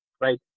right